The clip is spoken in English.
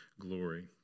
glory